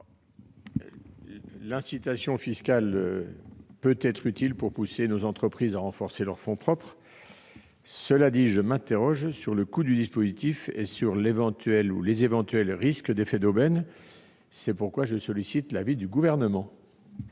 L'incitation fiscale peut être utile pour pousser nos entreprises à renforcer leurs fonds propres. Cela dit, je m'interroge sur le coût du dispositif et les éventuels effets d'aubaine. C'est la raison pour laquelle je sollicite l'avis du Gouvernement